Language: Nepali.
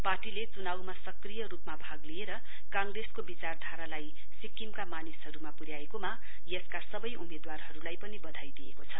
पार्टीले चुनाउमा सक्रिय रुपमा भाग लिएर काँग्रेसको विचारधारालाई सिक्किमका मानिसहरुमा पुर्याएकोमा यसका सवै उम्मेदवारहरुलाई पनि वधाई दिएको छ